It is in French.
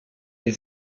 les